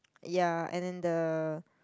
ya and then the